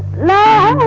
law,